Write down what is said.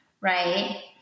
right